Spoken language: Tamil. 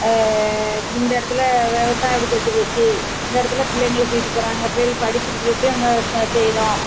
இந்த இடத்துல விவசாயம் இப்படி கெட்டு போய்ச்சி இந்த இடத்துல பிள்ளைங்கள தூக்கிட்டு போகிறாங்க பிள்ளைகள் படிப்புக்கு இப்படி இப்படி நாங்கள் செய்கிறோம்